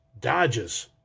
Dodges